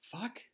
fuck